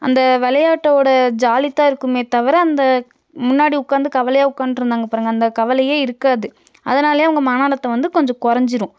அந்த விளையாட்டோட ஜாலி தான் இருக்குமே தவிர அந்த முன்னாடி உட்காந்து கவலையாக உக்காந்திருந்தாங்க பாருங்கள் அந்த கவலையே இருக்காது அதனாலையே அவங்க மன அழுத்தம் வந்து கொஞ்சம் குறைஞ்சிரும்